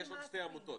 יש עוד שתי עמותות,